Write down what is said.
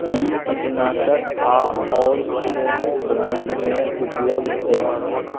की कीटनाशक आ आओर कोनो ब्रांडमे उपलब्ध अछि